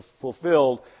fulfilled